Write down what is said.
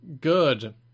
Good